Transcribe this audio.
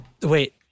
Wait